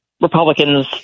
Republicans